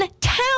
town